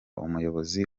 umuyobozi